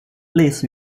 类似